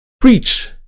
preach